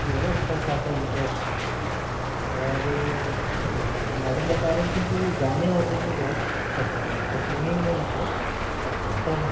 जो है उसको अच्छा खासा इंटरेस्ट है और मैडम बता रही थीं कि वो गाने वाने में बहुत अच्छा कर रहा है उसका सिंगिंग में मतलब काफ़ी अच्छा है